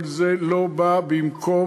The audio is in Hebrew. כל זה לא בא במקום